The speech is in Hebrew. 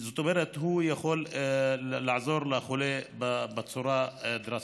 והוא יכול לעזור לחולה בצורה דרמטית.